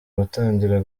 gutangira